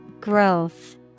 Growth